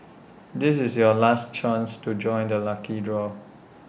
this is your last chance to join the lucky draw